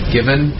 Given